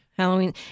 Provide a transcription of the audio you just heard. Halloween